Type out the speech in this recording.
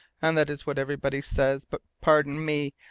and that is what everybody says! but, pardon me,